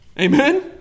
Amen